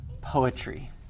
poetry